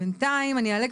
אני מצטערת